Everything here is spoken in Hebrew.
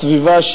במשפחתו, בסביבה,